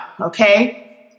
okay